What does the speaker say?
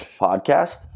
podcast